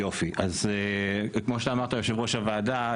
כמו שאמרת יושב-ראש הוועדה,